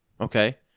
Okay